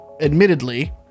admittedly